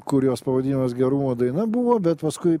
kurios pavadinimas gerumo daina buvo bet paskui